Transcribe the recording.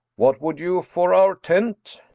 what would you fore our tent?